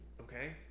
okay